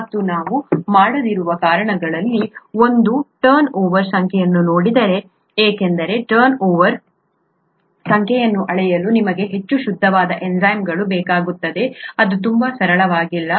ಮತ್ತು ನಾವು ಮಾಡದಿರುವ ಕಾರಣಗಳಲ್ಲಿ ಇದು ಒಂದು ಟರ್ನ್ ಓವರ್ ಸಂಖ್ಯೆಯನ್ನು ನೋಡಿ ಏಕೆಂದರೆ ಟರ್ನ್ ಓವರ್ ಸಂಖ್ಯೆಯನ್ನು ಅಳೆಯಲು ನಿಮಗೆ ಹೆಚ್ಚು ಶುದ್ಧವಾದ ಎನ್ಝೈಮ್ಗಳು ಬೇಕಾಗುತ್ತವೆ ಅದು ತುಂಬಾ ಸರಳವಾಗಿಲ್ಲ